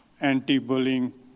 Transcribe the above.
anti-bullying